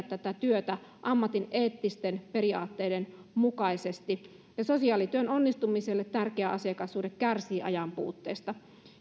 tätä työtä ammatin eettisten periaatteiden mukaisesti ja sosiaalityön onnistumiselle tärkeä asiakassuhde kärsii ajanpuutteesta